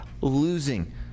losing